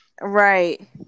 Right